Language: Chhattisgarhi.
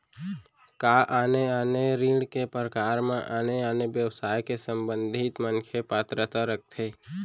का आने आने ऋण के प्रकार म आने आने व्यवसाय से संबंधित मनखे पात्रता रखथे?